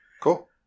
Cool